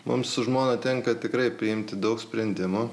mums su žmona tenka tikrai priimti daug sprendimų